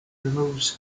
removes